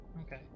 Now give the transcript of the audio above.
Okay